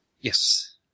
Yes